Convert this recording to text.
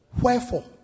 Wherefore